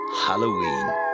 Halloween